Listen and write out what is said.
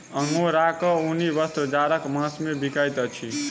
अंगोराक ऊनी वस्त्र जाड़क मास मे बिकाइत अछि